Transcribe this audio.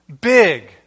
big